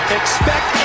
Expect